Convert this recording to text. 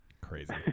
crazy